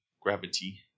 gravity